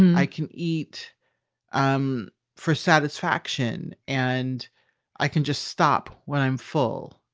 and i can eat um for satisfaction and i can just stop when i'm full.